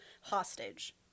hostage